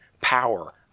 power